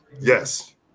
Yes